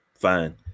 fine